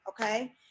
Okay